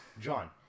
John